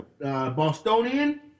Bostonian